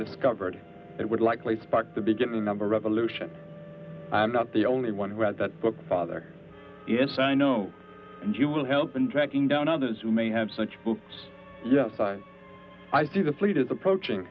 discovered it would likely spark the beginning number revolution i'm not the only one who read that book father yes i know and you will help in tracking down others who may have such books yes i see the fleet is approaching